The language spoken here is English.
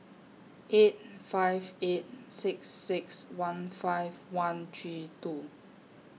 eight five eight six six one five one three two